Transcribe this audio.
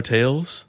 Tales